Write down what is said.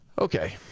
Okay